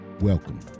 Welcome